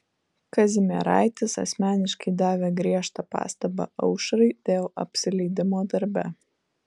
kazimieraitis asmeniškai davė griežtą pastabą aušrai dėl apsileidimo darbe